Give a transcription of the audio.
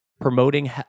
promoting